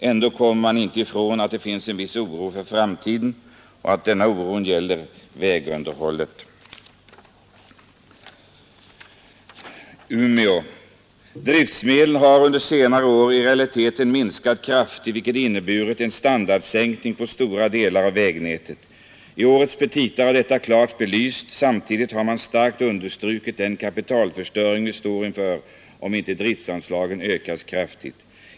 Ändå kommer man inte ifrån att det finns en viss oro för framtiden och den oron gäller vägunderhållet.” ”Driftmedlen har under senare år i realiteten minskat kraftigt, vilket inneburit en standardsänkning på stora delar av vägnätet. I årets petita har detta klart belysts, samtidigt har man starkt understrukit den kapitalförstöring vi står inför om inte driftsanslagen ökar kraftigt.